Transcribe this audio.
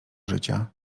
życia